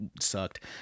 sucked